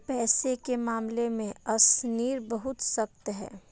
पैसे के मामले में अशनीर बहुत सख्त है